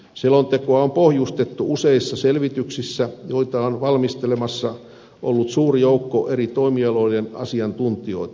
selontekoa on pohjustettu useissa selvityksissä joita on valmistelemassa ollut suuri joukko eri toimialojen asiantuntijoita